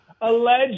alleged